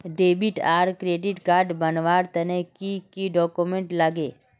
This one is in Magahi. डेबिट आर क्रेडिट कार्ड बनवार तने की की डॉक्यूमेंट लागे?